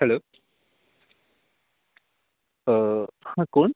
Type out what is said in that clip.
hello हा कोण